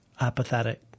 apathetic